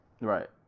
Right